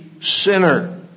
sinner